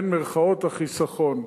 פה, ה"חיסכון"